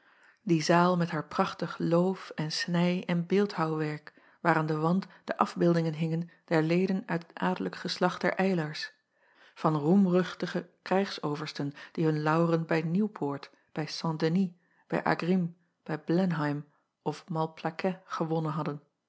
die zaal met haar prachtig loof en snij en beeldhouwwerk waar aan den wand de afbeeldingen hingen der leden uit het adellijke geslacht der ylars van roemruchtige krijgsoversten die hun lauweren bij ieuwpoort bij t enis bij grim bij lenheim of alplaquet gewonnen hadden